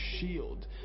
shield